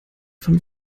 von